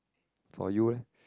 for you leh